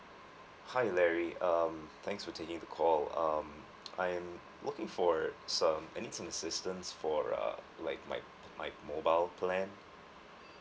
hi larry um thanks for taking the call um I'm working for some I need some assistance for uh like my my mobile plan